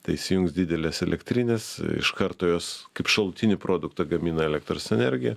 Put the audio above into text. tai įsijungs didelės elektrinės iš karto jos kaip šalutinį produktą gamina elektros energiją